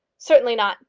certainly not.